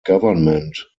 government